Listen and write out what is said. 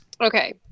Okay